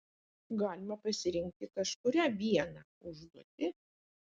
galima pasirinkti kažkurią vieną užduotį